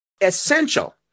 essential